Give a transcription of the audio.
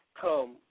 come